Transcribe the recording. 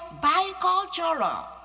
bicultural